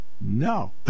No